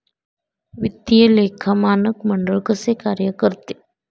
वित्तीय लेखा मानक मंडळ कसे कार्य करते?